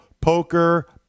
poker